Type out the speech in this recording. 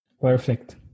Perfect